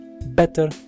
better